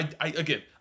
Again